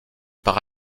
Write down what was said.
par